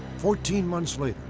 fourteen months later,